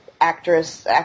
actress